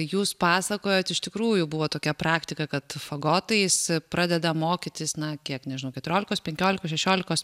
jūs pasakojot iš tikrųjų buvo tokia praktika kad fagotais pradeda mokytis na kiek nežinau keturiolikos penkiolikos šešiolikos